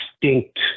distinct